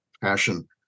passion